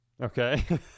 Okay